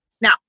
Now